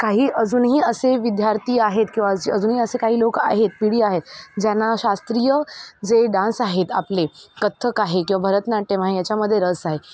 काही अजूनही असे विद्यार्थी आहेत किंवा अजे अजूनही असे काही लोक आहेत पिढी आहेत ज्यांना शास्त्रीय जे डान्स आहेत आपले कथ्थक आहे किंवा भरतनाट्यम आहे याच्यामध्ये रस आहे